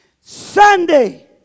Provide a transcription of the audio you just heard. Sunday